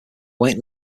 waiting